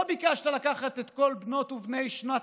לא ביקשת לקחת את כל בנות ובני שנת